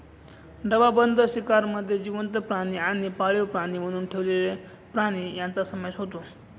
डबाबंद शिकारमध्ये जिवंत प्राणी आणि पाळीव प्राणी म्हणून ठेवलेले प्राणी यांचा समावेश होतो